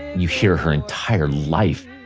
you hear her entire life.